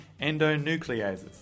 endonucleases